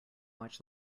watch